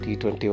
T20